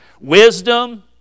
wisdom